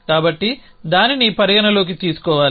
కాబట్టి దానిని పరిగణనలోకి తీసుకోవాలి